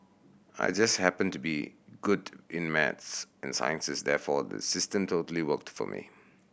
I just happened to be good in maths and sciences therefore the system totally worked for me